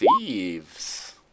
thieves